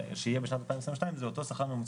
45%; (2) אם שיעור עליית השכר הממוצע לעומת השכר